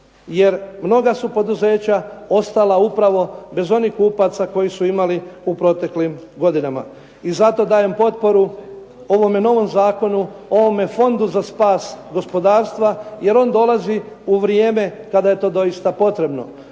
jer mnoga su poduzeća ostala upravo bez onih kupaca koje su imali u proteklim godinama. I zato dajem potporu ovome novom zakonu, ovome fondu za spas gospodarstva, jer on dolazi u vrijeme kada je to doista potrebno.